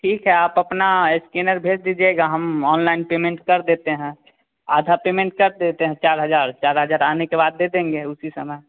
ठीक है आप अपना एस्कैनर भेज दीजिएगा हम ऑनलाइन पेमेंट कर देते हैं आधा पेमेंट कर देते हैं चार हज़ार चार हज़ार आने के बाद दे देंगे उसी समय